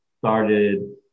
started